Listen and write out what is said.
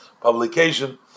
publication